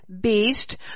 beast